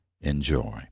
enjoy